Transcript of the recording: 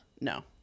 No